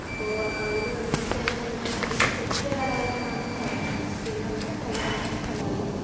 അപ്പോൾ അതിൽ ഒന്നാമത്തെ ആണ് നമ്മൾ ദൃശ്യകലകളെന്നാണ് പറയുന്നത് അതിനെ പിന്നെ ഒന്ന് പ്രകടന കലകളെന്നും